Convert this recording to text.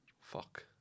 fuck